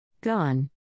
Gone